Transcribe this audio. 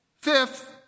Fifth